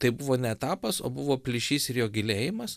tai buvo ne etapas o buvo plyšys ir jo gilėjimas